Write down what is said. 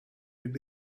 would